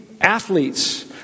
athletes